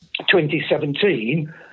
2017